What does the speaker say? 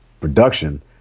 production